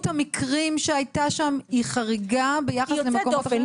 המקרים שהייתה שם היא חריגה ביחס למקומות אחרים?